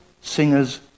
singers